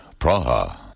Praha